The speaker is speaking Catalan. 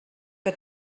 que